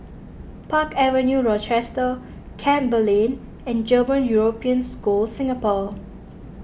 Park Avenue Rochester Campbell Lane and German European School Singapore